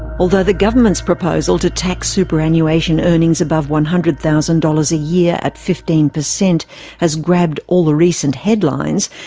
although the government's proposal to tax superannuation earnings above one hundred thousand dollars a year at fifteen percent has grabbed all the recent headlines,